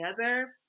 together